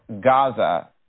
Gaza